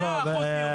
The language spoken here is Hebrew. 100% יהודים.